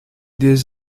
des